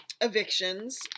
evictions